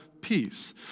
peace